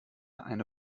eine